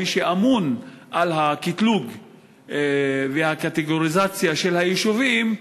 או מי שאמון על הקטלוג והקטגוריזציה של היישובים,